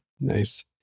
Nice